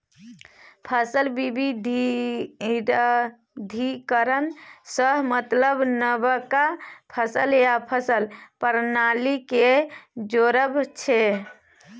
फसल बिबिधीकरण सँ मतलब नबका फसल या फसल प्रणाली केँ जोरब छै